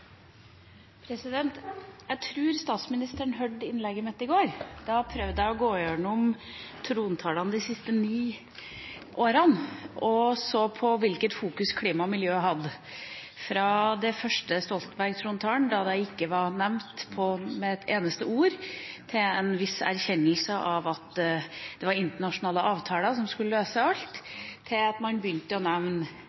samarbeid. Jeg tror statsministeren hørte innlegget mitt i går. Da prøvde jeg å gå igjennom trontalene de siste ni årene. Jeg så på hvilken fokusering det hadde vært på klima og miljø – fra den første Stoltenberg-trontalen, da dette ikke ble nevnt med et eneste ord, til en viss erkjennelse av at det var internasjonale avtaler som skulle løse alt,